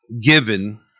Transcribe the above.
given